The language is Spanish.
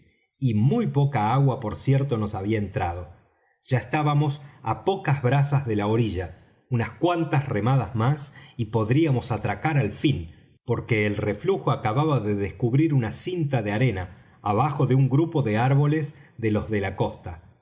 y muy poca agua por cierto nos había entrado ya estábamos á pocas brazas de la orilla unas cuantas remadas más y podríamos atracar al fin porque el reflujo acababa de descubrir una cinta de arena abajo de un grupo de árboles de los de la costa